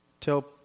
Tell